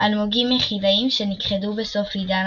- אלמוגים יחידאיים שנכחדו בסוף עידן